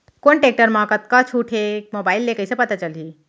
कोन टेकटर म कतका छूट हे, मोबाईल ले कइसे पता चलही?